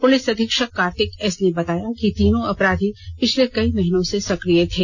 police अधीक्षक Kartik S ने बताया कि तीनों अपराधी पिछले कई महीनों से सक्रिय थे